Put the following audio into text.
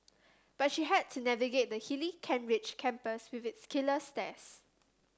but she had to navigate the hilly Kent Ridge campus with its killer stairs